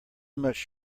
much